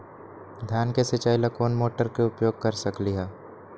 धान के सिचाई ला कोंन मोटर के उपयोग कर सकली ह?